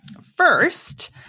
first